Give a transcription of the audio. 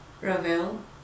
Ravel